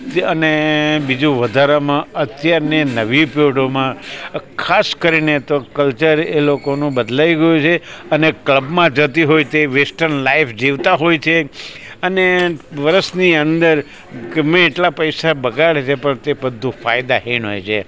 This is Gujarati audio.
અને બીજું વધારામાં અત્યારની નવી પેઢોમાં ખાસ કરીને તો કલ્ચર એ લોકોનું બદલાઈ ગયું છે અને ક્લબમાં જતી હોય તે વેસ્ટર્ન લાઈફ જીવતા હોય છે અને વર્ષની અંદર ગમે એટલા પૈસા બગાડે છે પણ તે બધું ફાયદાહીન હોય છે